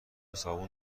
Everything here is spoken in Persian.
صابون